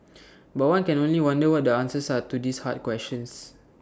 but one can only wonder what the answers are to these hard questions